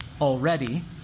already